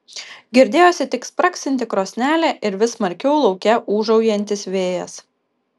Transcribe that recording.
girdėjosi tik spragsinti krosnelė ir vis smarkiau lauke ūžaujantis vėjas